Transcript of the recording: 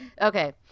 Okay